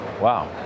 Wow